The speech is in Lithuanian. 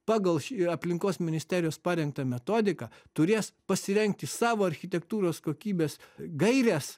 pagal šį aplinkos ministerijos parengtą metodiką turės pasirengti savo architektūros kokybės gaires